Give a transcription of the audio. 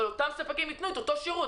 אבל אותם ספקים ייתנו את אותו שירות.